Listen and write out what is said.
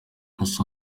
ese